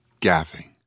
Gaffing